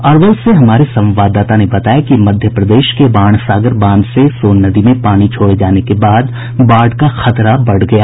अरवल से हमारे संवाददाता ने बताया है कि मध्यप्रदेश के बाणसागर बांध से सोन नदी में पानी छोड़े जाने के बाद बाढ़ का खतरा बढ़ गया है